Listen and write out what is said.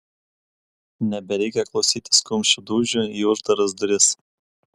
nebereikia klausytis kumščių dūžių į uždaras duris